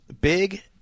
big